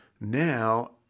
now